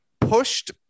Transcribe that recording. pushed